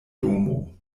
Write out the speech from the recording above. domo